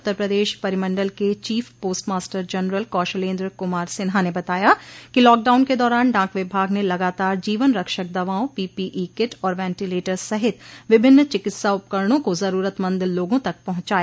उत्तर प्रदेश परिमंडल के chief post master general Kaushalendra Kumar Sinha ने बताया कि लॉकडाउन के दौरान डाक विभाग ने लगातार जीवन रक्षक दवाओं पीपीई किट और वेंटीलेटर सहित विभिन्न चिकित्सा उपकरणों को जरूरतमंद लोगों तक पहुंचाया